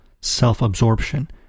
self-absorption